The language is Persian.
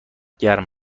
گرم